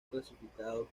clasificado